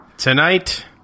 Tonight